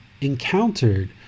encountered